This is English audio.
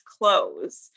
clothes